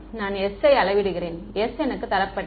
நான் s யை அளவிடுகிறேன் s எனக்கு தரப்பட்டது